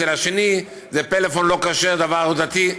ואצל השני פלאפון לא כשר זה דבר דתי.